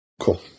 Cool